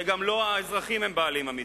וגם לא האזרחים הם בעלים אמיתיים.